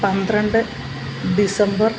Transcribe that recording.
പന്ത്രണ്ട് ഡിസംബർ